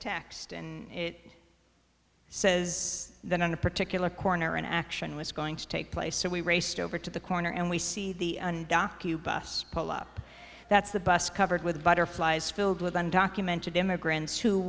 text and it says that on a particular corner an action was going to take place so we raced over to the corner and we see the undock you bus pull up that's the bus covered with butterflies filled with undocumented immigrants who